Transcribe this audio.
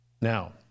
Now